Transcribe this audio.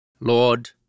Lord